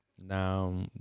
now